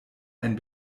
ein